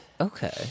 Okay